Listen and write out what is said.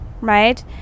Right